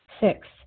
Six